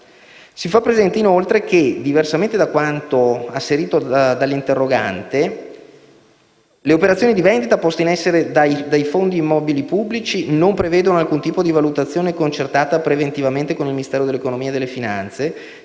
Si fa presente inoltre, che, diversamente da quanto asserito dall'interrogante, le operazioni di vendita poste in essere dai Fondi immobili pubblici non prevedono alcun tipo di valutazione concertata preventivamente con il Ministero dell'economia e delle finanze,